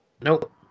Nope